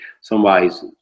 somebody's